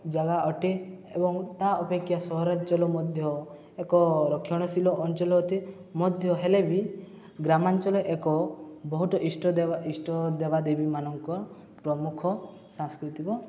ଜାଗା ଅଟେ ଏବଂ ତା' ଅପେକ୍ଷା ସହରାଞ୍ଚଳ ମଧ୍ୟ ଏକ ରକ୍ଷଣଶୀଳ ଅଞ୍ଚଳ ଅଟେ ମଧ୍ୟ ହେଲେ ବି ଗ୍ରାମାଞ୍ଚଳ ଏକ ବହୁତ ଇଷ୍ଟ ଦେବା ଇଷ୍ଟ ଦେବା ଦେବୀ ମାନଙ୍କର ପ୍ରମୁଖ ସାଂସ୍କୃତିକ